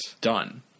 done